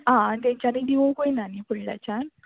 आं आनी तेंच्यानी दिवं पयना न्ही फुडल्याच्यान